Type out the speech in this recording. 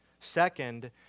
second